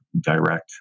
direct